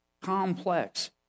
complex